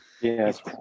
Yes